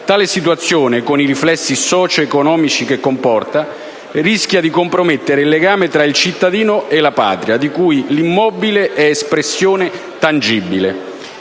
Tale situazione, con i riflessi socioeconomici che comporta, rischia di compromettere il legame tra il cittadino e la Patria, di cui l'immobile è espressione tangibile.